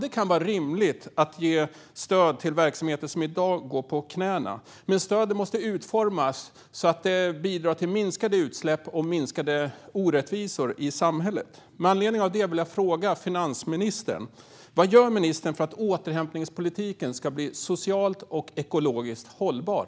Det kan vara rimligt att ge stöd till verksamheter som i dag går på knäna, men stödet måste utformas så att det bidrar till minskade utsläpp och minskade orättvisor i samhället. Med anledning av det vill jag fråga finansministern: Vad gör ministern för att återhämtningspolitiken ska bli socialt och ekologiskt hållbar?